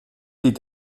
die